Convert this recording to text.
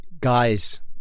guys